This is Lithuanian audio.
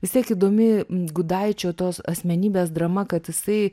vis tiek įdomi gudaičio tos asmenybės drama kad jisai